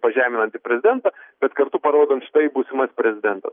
pažeminanti prezidentą bet kartu parodant štai būsimas prezidentas